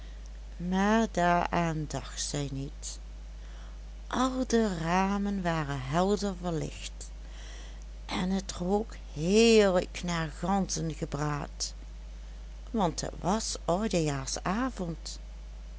maar daaraan dacht zij niet al de ramen waren helder verlicht en het rook heerlijk naar ganzengebraad want het was oudejaarsavond